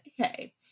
okay